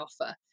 offer